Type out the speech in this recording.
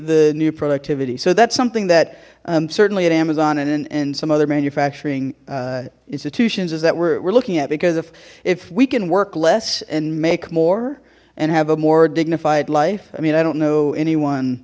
the new productivity so that's something that certainly at amazon and some other manufacturing institutions is that we're looking at because if if we can work less and make more and have a more dignified life i mean i don't know anyone